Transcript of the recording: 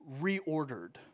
reordered